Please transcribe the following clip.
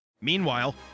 Meanwhile